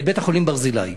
את בית-החולים "ברזילי".